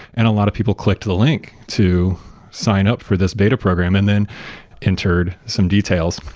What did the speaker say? and a lot of people clicked the link to sign up for this beta program, and then entered some details.